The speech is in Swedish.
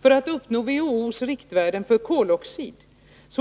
För att uppnå WHO:s riktvärden för koloxid